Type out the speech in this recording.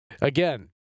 Again